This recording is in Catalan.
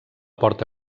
porta